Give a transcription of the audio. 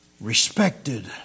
respected